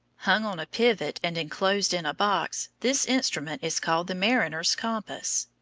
hung on a pivot and inclosed in a box, this instrument is called the mariners' compass.